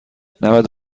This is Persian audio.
نود